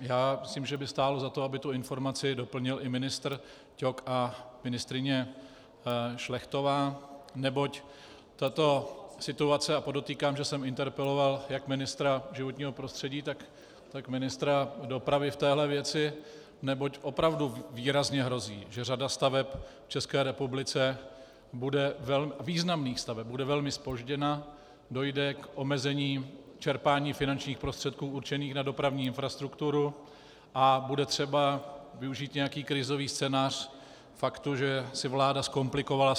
Já myslím, že by stálo za to, aby tu informaci doplnil i ministr Ťok a ministryně Šlechtová, neboť tato situace, a podotýkám, že jsem interpeloval jak ministra životního prostředí, tak ministra dopravy v této věci, neboť opravdu výrazně hrozí, že řada staveb v České republice, významných staveb, bude velmi zpožděna, dojde k omezení čerpání finančních prostředků určených na dopravní infrastrukturu a bude třeba využít nějaký krizový scénář k faktu, že si sama vláda zkomplikovala